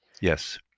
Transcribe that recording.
Yes